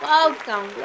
Welcome